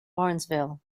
barnesville